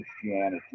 Christianity